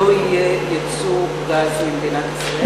לא יהיה ייצוא גז ממדינת ישראל?